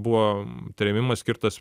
buvo trėmimas skirtas